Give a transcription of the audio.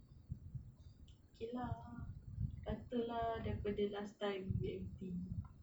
okay lah better lah daripada last time B_M_T